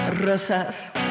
rosas